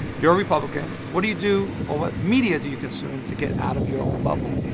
you're a republican. what do you do or what media do you consume to get out of your own bubble?